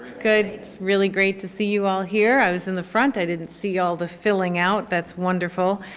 good. it's really great to see you all here. i was in the front, i didn't see all the filling out. that's wonderful.